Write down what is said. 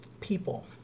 people